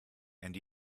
and